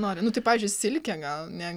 nori nu tai pavyzdžiui silkė gal ne